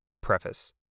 Preface